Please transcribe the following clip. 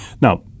Now